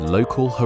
Local